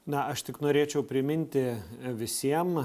na aš tik norėčiau priminti visiem